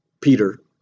Peter